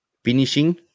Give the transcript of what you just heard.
Finishing